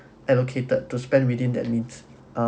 allocated to spend within that means um